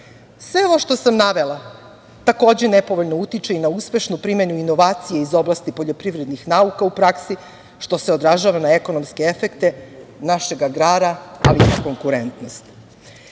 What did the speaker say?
ovo što sam navela, takođe nepovoljno utiče na uspešnu primenu inovacije iz oblasti poljoprivrednih nauka u praksi što se odražava na ekonomske efekte našeg agrara, ali i konkurentnost.Međutim,